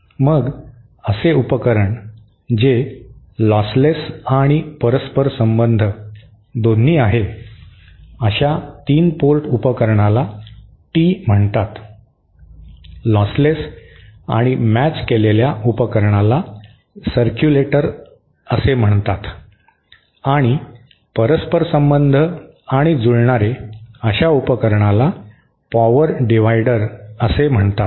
मग असे उपकरण जे लॉसलेस आणि परस्परसंबंध दोन्ही आहे अशा 3 पोर्ट उपकरणाला टी म्हणतात लॉसलेस आणि मॅच केलेल्या उपकरणाला सरक्यूलेटर असे म्हणतात आणि परस्परसंबंध आणि जुळणारे अशा उपकरणाला पॉवर डिवाइडर असे म्हणतात